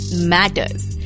matters